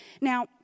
Now